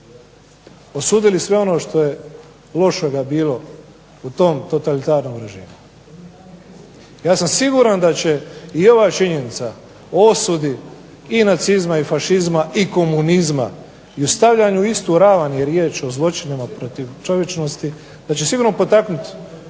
osudili sve ono što je lošega bilo u tom totalitarnom režimu. Ja sam siguran da će i ova činjenica o osudi i nacizma i fašizma i komunizma i u stavljanju u istu ravan je riječ o zločinima protiv čovječnosti da će sigurno potaknuti